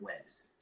ways